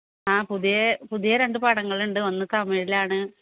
ആ പുതിയ പുതിയ രണ്ട് പടങ്ങൾ ഉണ്ട് ഒന്ന് തമിഴിലാണ്